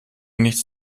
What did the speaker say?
nichts